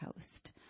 host